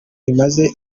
rimaze